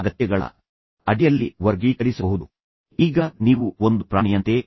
ತದನಂತರ ನೀವು ಅದನ್ನು ಅರಿತುಕೊಳ್ಳಲು ಸಾಧ್ಯವಾದರೆ ನೀವು ಆ ವ್ಯಕ್ತಿಗಳಲ್ಲಿ ಒಬ್ಬರಾಗಿದ್ದರೆ ನೀವು ನಿಯಂತ್ರಿಸುತ್ತೀರಿ